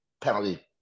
penalty